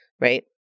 right